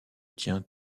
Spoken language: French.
tient